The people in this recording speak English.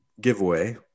giveaway